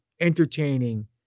Entertaining